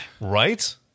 Right